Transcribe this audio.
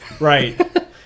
Right